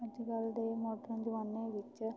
ਅੱਜ ਕੱਲ੍ਹ ਦੇ ਮੋਡਰਨ ਜਮਾਨੇ ਵਿੱਚ